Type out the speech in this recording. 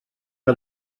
que